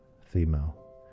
female